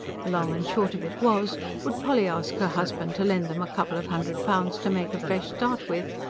the long and short of it was would polly ask her husband to lend them a couple of hundred pounds to make a fresh start with,